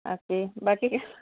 okay बा ठीक आहे